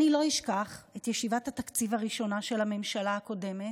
אני לא אשכח את ישיבת התקציב הראשונה של הממשלה הקודמת,